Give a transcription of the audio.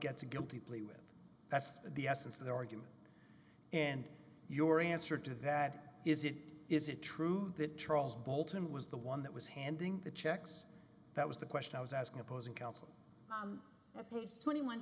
gets a guilty plea well that's the essence of their argument and your answer to that is it is it true that charles bolton was the one that was handing the checks that was the question i was asking opposing counsel twenty one